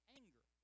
anger